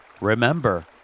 Remember